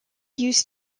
used